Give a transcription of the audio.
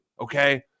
okay